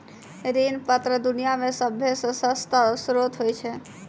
ऋण पत्र दुनिया मे सभ्भे से सस्ता श्रोत होय छै